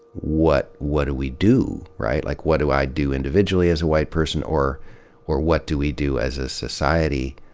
what do do we do? right? like, what do i do individually as a white person, or or what do we do as a society,